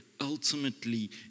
ultimately